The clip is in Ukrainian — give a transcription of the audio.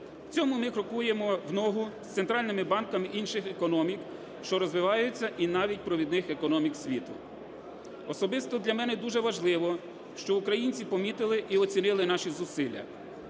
цьому ми крокуємо в ногу з центральними банками інших економік, що розвиваються, і навіть провідних економік світу. Особисто для мене дуже важливо, що українці помітили і оцінили наші зусилля.